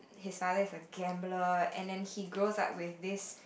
his father is a gambler and then he grows up with this